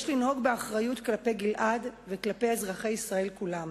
ויש לנהוג באחריות כלפי גלעד וכלפי אזרחי ישראל כולם.